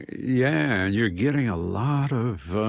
yeah, and you're getting a lot of